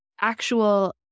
actual